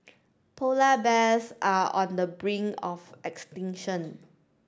polar bears are on the brink of extinction